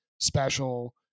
special